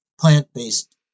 plant-based